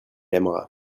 aimera